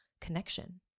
connection